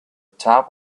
top